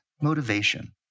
motivation